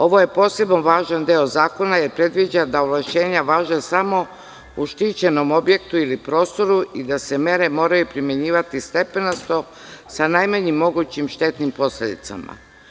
Ovo je posebno važan deo zakona jer predviđa da ovlašćenja važe samo u štićenom objektu ili prostoru, i da se mere moraju primenjivati stepenasto sa najmanjim mogućim štetnim posledicama.